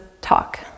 talk